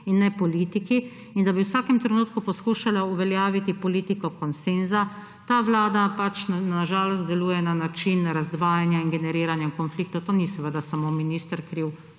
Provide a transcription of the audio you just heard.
in ne politiki, in da bi v vsakem trenutku poskušala uveljaviti politiko konsenza, ta vlada pač na žalost deluje na način razdvajanja in generiranja konfliktov. To ni samo minister kriv,